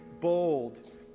bold